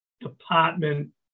department